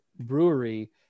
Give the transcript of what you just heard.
brewery